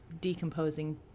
decomposing